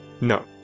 No